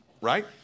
right